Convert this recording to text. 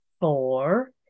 four